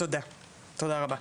תודה רבה.